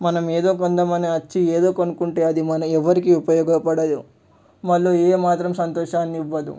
మనం ఏదో కొందామని వచ్చి ఏదో కొనుక్కుంటే అది మన ఎవ్వరికీ ఉపయోగపడదు వాళ్ళు ఏమాత్రం సంతోషాన్ని ఇవ్వదు